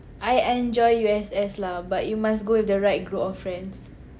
I enjoy U_S_S lah but you must go with the right group of friends